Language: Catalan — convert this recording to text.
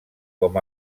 com